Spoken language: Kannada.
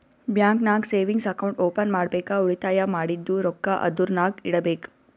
ಬ್ಯಾಂಕ್ ನಾಗ್ ಸೇವಿಂಗ್ಸ್ ಅಕೌಂಟ್ ಓಪನ್ ಮಾಡ್ಬೇಕ ಉಳಿತಾಯ ಮಾಡಿದ್ದು ರೊಕ್ಕಾ ಅದುರ್ನಾಗ್ ಇಡಬೇಕ್